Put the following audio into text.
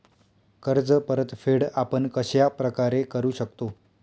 कर्ज परतफेड आपण कश्या प्रकारे करु शकतो?